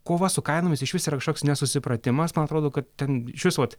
kova su kainomis išvis yra kažkoks nesusipratimas man atrodo kad ten išvis vat